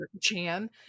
Chan